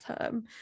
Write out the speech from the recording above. term